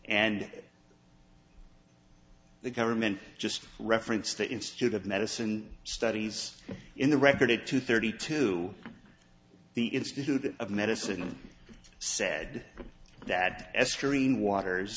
and the government just referenced the institute of medicine studies in the record to two thirty the institute of medicine said that extreme water